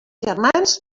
germans